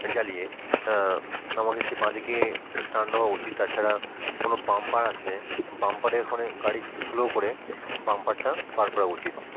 জ্বালিয়ে আমাকে সে বাঁদিকে টার্ন নেওয়া উচিত তাছাড়া কোনো বাম্পার আসলে বাম্পারের ওখানে গাড়ি স্লো করে বাম্পারটা পার করা উচিত